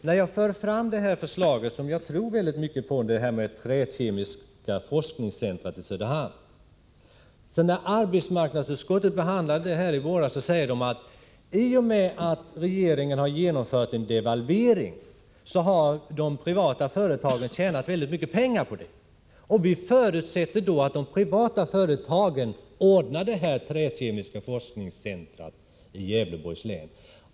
När arbetsmarknadsutskottet behandlade förslaget om ett träkemiskt forskningscentrum i Söderhamn i våras, vilket jag tror väldigt mycket på, sade man att i och med att regeringen har genomfört en devalvering har de privata företagen tjänat mycket pengar på det. Arbetsmarknadsutskottet sade även att man förutsätter att de privata företagen startar detta träkemiska forskningscentrum i Gävleborgs län.